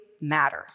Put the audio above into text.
matter